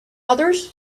others